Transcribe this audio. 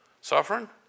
suffering